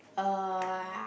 uh